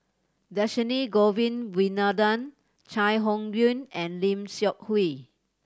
Dhershini Govin Winodan Chai Hon Yoong and Lim Seok Hui